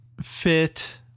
fit